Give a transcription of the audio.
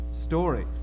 story